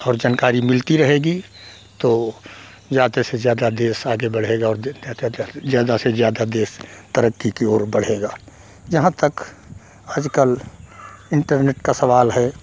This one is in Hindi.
और जानकारी मिलती रहेगी तो ज़्यादा से ज़्यादा देश आगे बढ़ेगा और ज़्यादा से ज़्यादा देश तरक्की की और बढ़ेगा जहाँ तक आजकल इन्टरनेट का सवाल है